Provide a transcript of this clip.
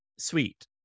sweet